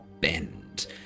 bend